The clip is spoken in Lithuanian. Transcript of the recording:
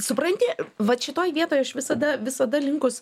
supranti vat šitoj vietoj aš visada visada linkus